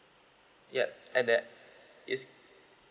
ya and that is